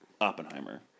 Oppenheimer